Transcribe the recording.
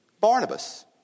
Barnabas